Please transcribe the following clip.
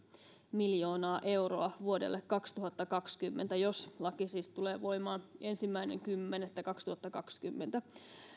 miljoonaa euroa vuodelle kaksituhattakaksikymmentä jos laki siis tulee voimaan ensimmäinen kymmenettä kaksituhattakaksikymmentä